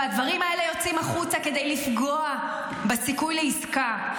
הדברים אלה יוצאים החוצה כדי לפגוע בסיכוי לעסקה,